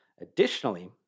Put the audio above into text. Additionally